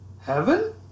Heaven